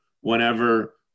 whenever